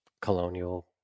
colonial